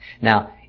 Now